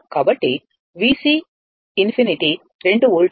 కాబట్టి VC ∞ 2 volt